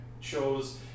chose